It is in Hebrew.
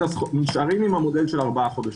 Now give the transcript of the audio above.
נשארים עם המודל של ארבעה חודשים.